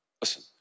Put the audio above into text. Listen